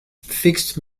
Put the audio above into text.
fixed